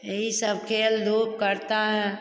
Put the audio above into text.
यही सब खेल धूप करता है